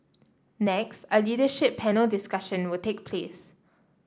next a leadership panel discussion will take place